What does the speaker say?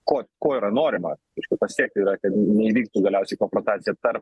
ko ko yra norima reiškia pasiekti yra kad neįvyktų galiausiai konfrontacija tarp